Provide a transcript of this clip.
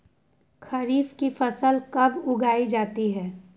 खरीफ की फसल कब उगाई जाती है?